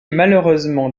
malheureusement